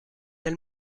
elle